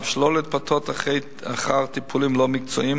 שלא להתפתות אחר טיפולים לא מקצועיים,